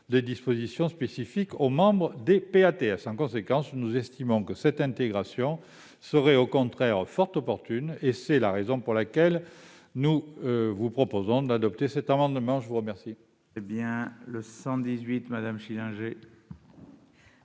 des dispositions spécifiques aux membres des PATS. Nous estimons que cette intégration serait, au contraire, fort opportune. C'est la raison pour laquelle nous vous proposons d'adopter cet amendement. L'amendement